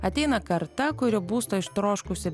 ateina karta kuri būsto ištroškusį